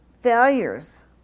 failures